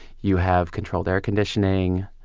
you have controlled air conditioning,